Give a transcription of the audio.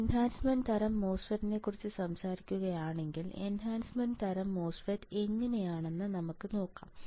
ഞാൻ എൻഹാൻസ്മെൻറ് തരം MOSFET നെക്കുറിച്ച് സംസാരിക്കുകയാണെങ്കിൽ എൻഹാൻസ്മെൻറ് തരം MOSFET എങ്ങനെയാണെന്ന് നമുക്ക് നോക്കാം